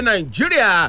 Nigeria